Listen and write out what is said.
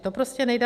To prostě nejde.